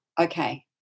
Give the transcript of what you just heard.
okay